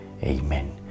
Amen